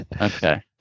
Okay